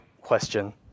question